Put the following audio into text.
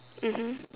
mmhmm